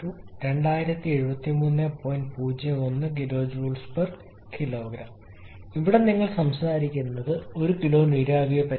01 kJkg of steam ഇവിടെ നിങ്ങൾ സംസാരിക്കുന്ന ഒരു കിലോ നീരാവിക്ക്